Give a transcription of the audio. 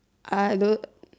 I don't